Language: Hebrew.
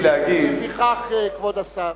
לפיכך, כבוד השר,